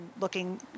looking